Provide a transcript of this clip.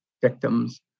victims